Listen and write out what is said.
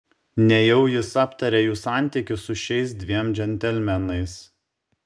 nejau jis aptarė jų santykius su šiais dviem džentelmenais